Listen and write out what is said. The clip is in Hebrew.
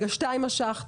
את 2 משכת.